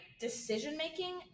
decision-making